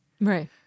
Right